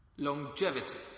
Longevity